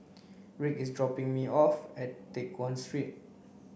rick is dropping me off at Teck Guan Street